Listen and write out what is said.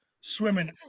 swimming